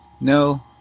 no